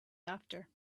after